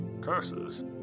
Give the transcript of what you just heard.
Curses